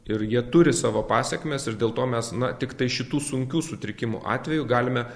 ir jie turi savo pasekmes ir dėl to mes na tiktai šitų sunkių sutrikimų atveju galime